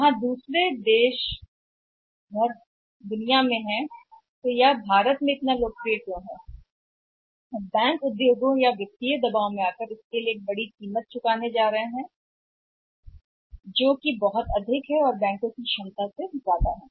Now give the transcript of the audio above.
जहां अन्य देश कर्ज की दुनिया में हैं तो भारत में यह इतना लोकप्रिय क्यों है और बैंक उद्योग या शायद वित्तीय से एक बड़ी कीमत चुकाने जा रहे हैं दबाव बहुत अधिक है जो अब बैंक की क्षमता से परे जा रहा है